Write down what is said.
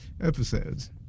episodes